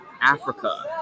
Africa